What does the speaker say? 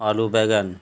آلو بیگن